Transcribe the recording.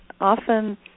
often